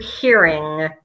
hearing